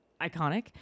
iconic